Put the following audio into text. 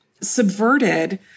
subverted